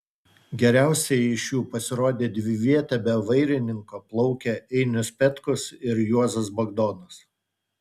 geriausiai iš jų pasirodė dviviete be vairininko plaukę einius petkus ir juozas bagdonas